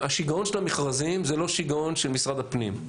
השיגעון של המכרזים זה לא שיגעון של משרד הפנים,